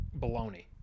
baloney